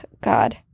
God